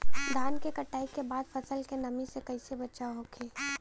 धान के कटाई के बाद फसल के नमी से कइसे बचाव होखि?